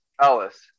Alice